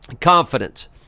Confidence